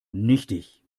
nichtig